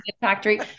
factory